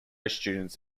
students